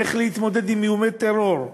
איך להתמודד עם איומי טרור,